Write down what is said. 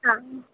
हां